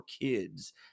kids